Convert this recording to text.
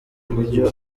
ibyo